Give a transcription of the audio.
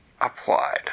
applied